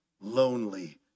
lonely